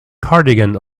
cardigan